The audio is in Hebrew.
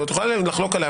את יכולה לחלוק עליי,